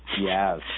yes